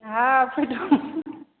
हँ फूटि